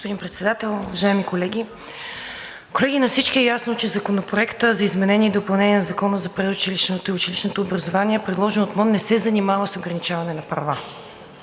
(ДБ): Господин Председател, уважаеми колеги! Колеги, на всички е ясно, че Законопроектът за изменение и допълнение на Закона за предучилищното и училищното образование, предложен от МОН, не се занимава с ограничаване на права.